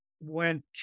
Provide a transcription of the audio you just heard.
Went